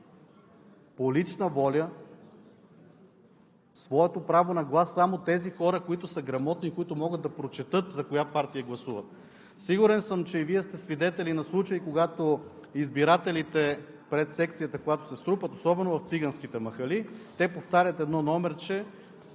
по лична воля своето право на глас само тези хора, които са грамотни и които могат да прочетат за коя партия гласуват. Сигурен съм, че и Вие сте свидетели на случаи, когато избирателите пред секцията, когато се струпат, особено в циганските махали, те повтарят едно номерче